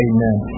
Amen